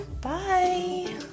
Bye